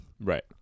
Right